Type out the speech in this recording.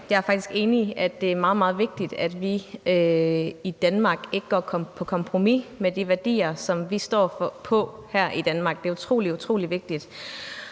jeg er faktisk enig i, at det er meget, meget vigtigt, at vi i Danmark ikke går på kompromis med de værdier, som vi står på her i Danmark. Det er utrolig vigtigt.